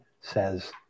says